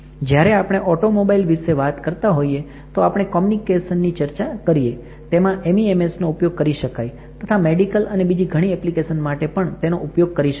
જયારે આપણે ઓટોમોબાઈલ વિશે વાત કરતા હોઈએ તો આપણે કૉમ્યુનિકેશન ની ચર્ચા કરીએ તેમાં MEMS નો ઉપયોગ કરી શકાય તથા મેડિકલ અને બીજી ઘણી ઍપ્લિકેશન માટે પણ તેનો ઉપયોગ કરી શકાય